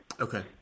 Okay